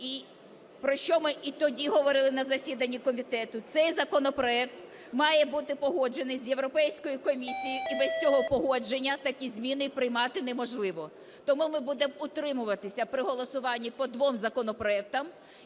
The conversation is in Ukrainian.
про що ми і тоді говорили на засіданні комітету, цей законопроект має бути погоджений з Європейською комісією, і без цього погодження такі зміни приймати неможливо. Тому ми будемо утримуватися при голосуванні по двом законопроектам.